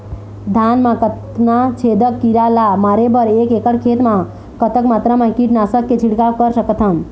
धान मा कतना छेदक कीरा ला मारे बर एक एकड़ खेत मा कतक मात्रा मा कीट नासक के छिड़काव कर सकथन?